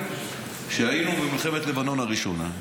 כשהיינו במלחמת לבנון הראשונה,